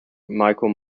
michael